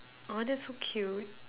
!aww! that's so cute